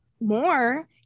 more